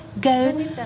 go